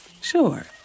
Sure